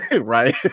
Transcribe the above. right